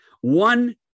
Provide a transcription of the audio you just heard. One